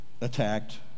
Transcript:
attacked